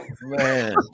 man